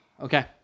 okay